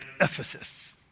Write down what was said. Ephesus